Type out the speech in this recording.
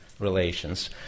Relations